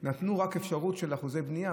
נתנו רק אפשרות של אחוזי בנייה,